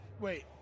Wait